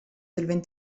del